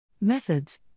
Methods